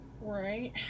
Right